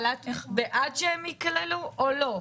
אבל את בעד שהן יכללו או לא?